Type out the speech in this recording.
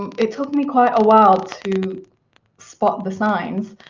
it took me quite a while to spot the signs,